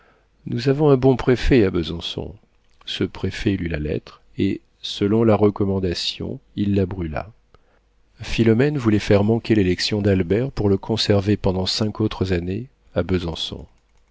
nous avons un bon préfet à besançon ce préfet lut la lettre et selon la recommandation il la brûla philomène voulait faire manquer l'élection d'albert pour le conserver pendant cinq autres années à besançon